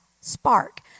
spark